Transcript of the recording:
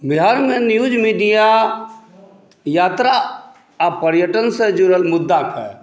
बिहारमे news media यात्रा आ पर्यटन से जुड़ल मुद्दाके